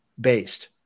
based